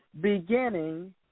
beginning